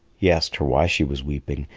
he asked her why she was weeping.